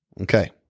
Okay